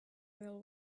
oil